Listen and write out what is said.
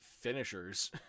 finishers